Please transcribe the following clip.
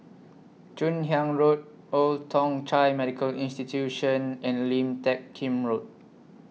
Joon Hiang Road Old Thong Chai Medical Institution and Lim Teck Kim Road